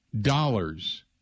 dollars